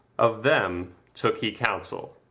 of them took he counsel.